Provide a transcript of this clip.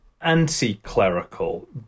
anti-clerical